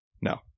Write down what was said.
No